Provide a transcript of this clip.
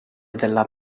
della